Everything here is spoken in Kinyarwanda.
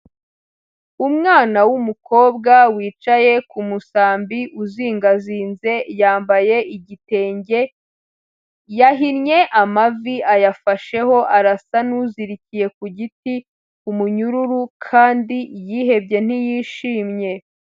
Umwana w'umukobwa, wicaye ku musambi uzingazinze, yambaye igitenge, yahinnye amavi ayafasheho, arasa n'uzirikiye ku giti ku munyururu, kandi yihebye ntiyishimye.